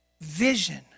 vision